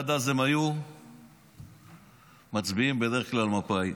עד אז הם היו מצביעים בדרך כלל מפא"י.